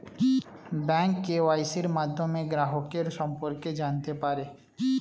bank কেওয়াইসির মাধ্যমে গ্রাহকের সম্পর্কে জানতে পারে